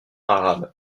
arabe